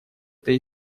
этой